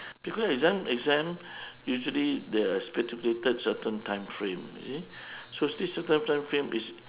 because exam exam usually the stipulated certain time frame you see so this certain time frame is